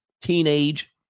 Teenage